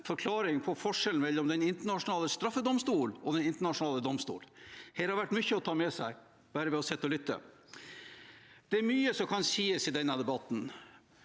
forklaring på forskjellen mellom Den internasjonale straffedomstolen og Den internasjonale domstolen. Her har det vært mye å ta med seg bare ved å sitte og lytte. Det er mye som kan sies i denne debatten,